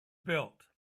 built